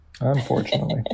Unfortunately